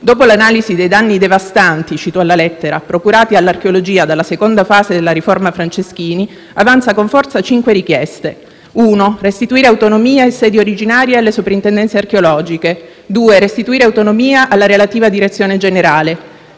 dopo l'analisi dei «danni devastanti» - cito alla lettera - procurati all'archeologia dalla seconda fase della riforma Franceschini, avanza con forza cinque richieste. In primo luogo restituire autonomia e sedi originarie alle Soprintendenze archeologiche; in secondo luogo restituire autonomia alla relativa Direzione generale;